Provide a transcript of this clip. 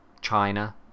China